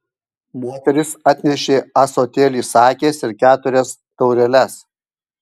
moteris atnešė ąsotėlį sakės ir keturias taureles